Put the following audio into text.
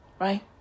right